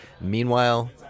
Meanwhile